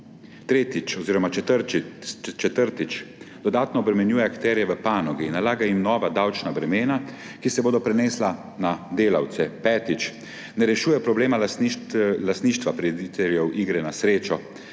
kadrom. Četrtič, dodatno obremenjuje akterje v panogi, nalaga jim nova davčna bremena, ki se bodo prenesla na delavce. Petič, ne rešuje problema lastništva prirediteljev iger na srečo.